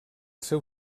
seu